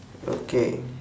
okay